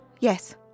Yes